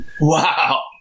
Wow